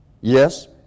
yes